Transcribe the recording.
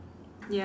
ya